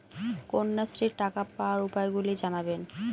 কন্যাশ্রীর টাকা পাওয়ার উপায়গুলি জানাবেন?